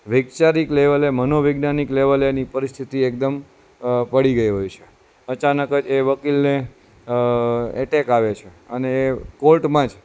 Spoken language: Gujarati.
વૈચારિક લેવલે મનોવિજ્ઞાનિક લેવલે એની પરિસ્થિતિ એકદમ પડી ગઈ હોય છે અચાનક જ એ વકીલને એટેક આવે છે અને એ કોર્ટમાં જ